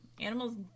animals